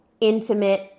intimate